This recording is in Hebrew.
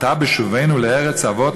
ועתה בשובנו אל ארץ אבות,